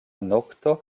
nokto